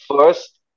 first